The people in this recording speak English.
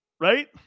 Right